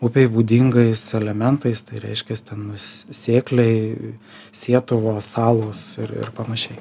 upei būdingais elementais tai reiškias ten s sėkliai sietuvos salos ir ir panašiai